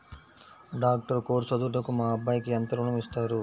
Doctor course చదువుటకు మా అబ్బాయికి ఎంత ఋణం ఇస్తారు?